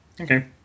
Okay